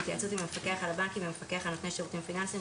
בהתייעצות עם המפקח על הבנקים ועם המפקח על נותני שירותים פיננסיים,